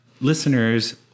listeners